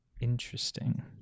Interesting